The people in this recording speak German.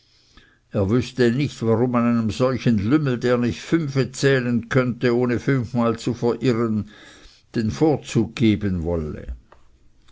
er wüßte nicht warum man einem solchen lümmel da nicht fünfe zählen könnte ohne fünfmal zu verirren den vorzug geben wolle